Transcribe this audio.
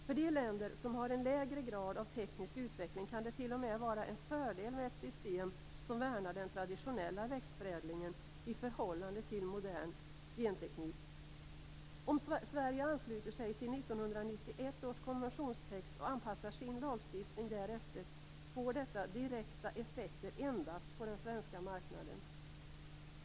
För de länder som har en lägre grad av teknisk utveckling kan det t.o.m. vara en fördel med ett system som värnar den traditionella växtförädlingen i förhållande till modern genteknik. Om Sverige ansluter sig till 1991 års konventionstext och anpassar sin lagstiftning därefter får detta direkta effekter endast på den svenska marknaden.